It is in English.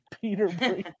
Peter